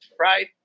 Right